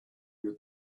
that